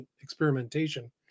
experimentation